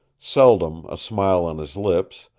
seldom a smile on his lips,